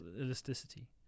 elasticity